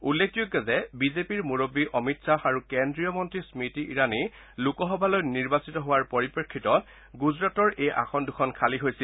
উল্লেখযোগ্য যে বিজেপিৰ মূৰববী অমিত খাহ আৰু কেন্দ্ৰীয় মন্তী স্মৃতি ইৰাণী লোকসভালৈ নিৰ্বাচিত হোৱাৰ পৰিপ্ৰেক্ষিতত গুজৰাটৰ এই আসন দুখন খালী হৈছে